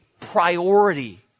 priority